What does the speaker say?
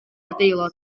adeilad